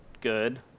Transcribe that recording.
good